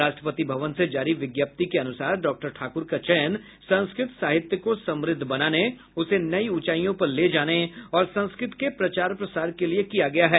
राष्ट्रपति भवन से जारी विज्ञप्ति के अनुसार डॉक्टर ठाक्र का चयन संस्कृत साहित्य को समुद्ध बनाने उसे नई ऊंचाईयों पर ले जाने और संस्कृत के प्रचार प्रसार के लिए किया गया है